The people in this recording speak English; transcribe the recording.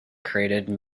created